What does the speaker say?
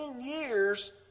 years